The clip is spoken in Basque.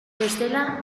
bestela